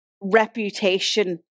reputation